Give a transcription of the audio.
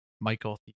Michael